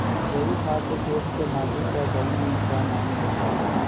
जैविक खाद से खेत के माटी कअ कवनो नुकसान नाइ होत बाटे